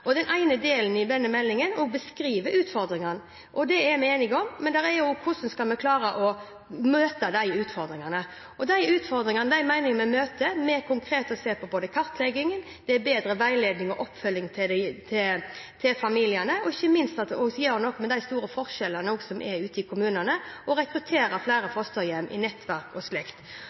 utfordringene. Den ene delen i denne meldingen beskriver utfordringene, og det er vi enige om. Men hvordan skal vi klare å møte disse utfordringene? Jeg mener vi møter utfordringene ved konkret å se på kartleggingen, ved bedre veiledning til og oppfølging av familiene og ikke minst ved å gjøre noe med de store forskjellene ute i kommunene – og å rekruttere flere fosterhjem i nettverk og